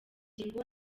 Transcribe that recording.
ngingo